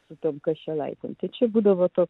sutinka šį laiką tačiau būdavo ta